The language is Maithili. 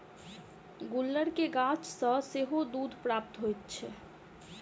गुलर के गाछ सॅ सेहो दूध प्राप्त होइत छै